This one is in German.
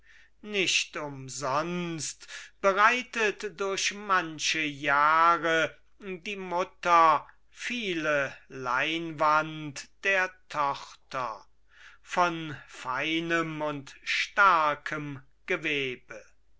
nicht umsonst bereitet durch manche jahre die mutter viele leinwand der tochter von feinem und starkem gewebe